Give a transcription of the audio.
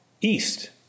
east